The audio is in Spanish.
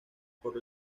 por